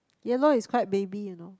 yellow is quite baby you know